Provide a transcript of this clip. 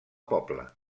poble